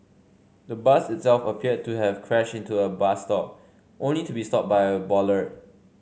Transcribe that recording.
the bus itself appeared to have crashed into a bus stop only to be stopped by a bollard